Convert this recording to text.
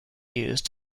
used